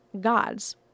gods